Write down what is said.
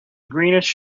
greenish